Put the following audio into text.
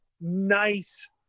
nice